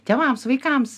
tėvams vaikams